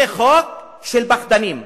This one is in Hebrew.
זה חוק של פחדנים.